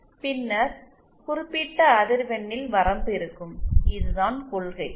பின்னர் குறிப்பிட்ட அதிர்வெண்ணில் வரம்பு இருக்கும் இதுதான் கொள்கை